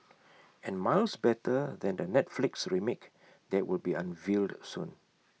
and miles better than the Netflix remake that will be unveiled soon